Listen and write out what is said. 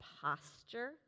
posture